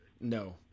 No